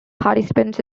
participants